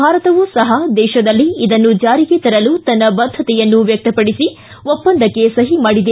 ಭಾರತವು ಸಹ ದೇಶದಲ್ಲಿ ಇದನ್ನು ಜಾರಿಗೆ ತರಲು ತನ್ನ ಬದ್ಧತೆಯನ್ನು ವ್ಯಕ್ತಪಡಿಸಿ ಒಪ್ಪಂದಕ್ಕೆ ಸಹಿ ಮಾಡಿದೆ